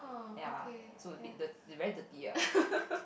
ya so it will be~ it very dirty ah